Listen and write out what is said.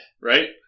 Right